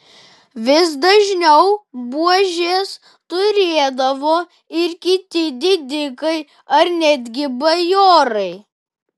vis dažniau buožes turėdavo ir kiti didikai ar netgi bajorai